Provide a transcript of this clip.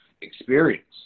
experience